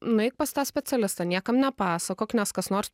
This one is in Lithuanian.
nueik pas tą specialistą niekam nepasakok nes kas nors